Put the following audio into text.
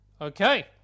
Okay